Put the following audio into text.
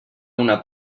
una